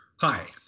Hi